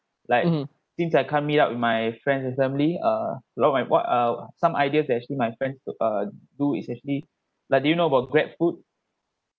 like since I can't meet up with my friends and family uh lot my what are some ideas actually my friends do uh do is actually like do you know about grab food